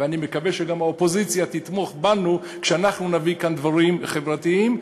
ואני מקווה שגם האופוזיציה תתמוך בנו כשאנחנו נביא לכאן דברים חברתיים,